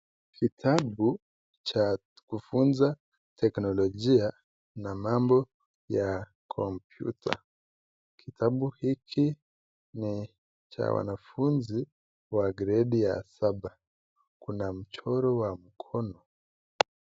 Kitabu cha kufuza teknolojia na mambo ya kompyuta. Kitabu hiki ni cha wanafuzi wa gredi ya saba. Kuna mchoro wa mkono.